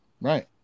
Right